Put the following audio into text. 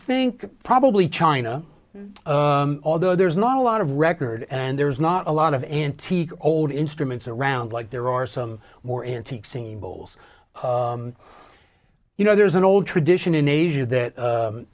think probably china although there's not a lot of record and there's not a lot of antique old instruments around like there are some more antique singles you know there's an old tradition in asia that